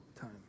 time